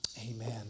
Amen